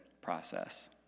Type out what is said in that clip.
process